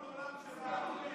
בושה.